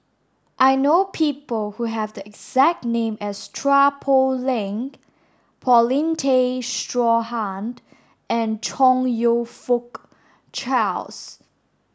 I know people who have the exact name as Chua Poh Leng Paulin Tay Straughan and Chong You Fook Charles